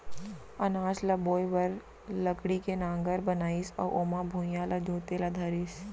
अनाज ल बोए बर लकड़ी के नांगर बनाइस अउ ओमा भुइयॉं ल जोते ल धरिस